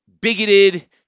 bigoted